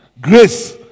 Grace